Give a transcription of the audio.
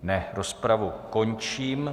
Ne, rozpravu končím.